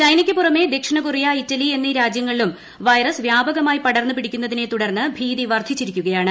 ചൈനയ്ക്കു പുറമെ ദക്ഷിണ Korea Italy എന്നീ രാജ്യങ്ങളിലും വൈറസ് വ്യാപകമായി പടർന്ന് പിടിക്കുന്നതിനെ തുടർന്ന് ഭീതി ഫ്രർദ്ധിച്ചിരിക്കുകയാണ്